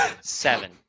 Seven